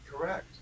Correct